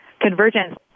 convergence